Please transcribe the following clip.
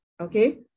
okay